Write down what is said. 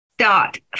start